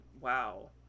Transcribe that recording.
wow